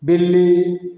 बिल्ली